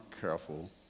careful